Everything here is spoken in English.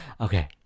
Okay